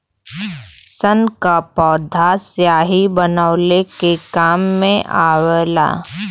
सन क पौधा स्याही बनवले के काम मे आवेला